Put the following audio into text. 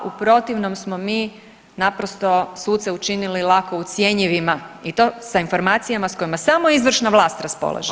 U protivnom smo mi naprosto suce učinili lako ucjenjivima i to sa informacijama s kojima samo izvršna vlast raspolaže.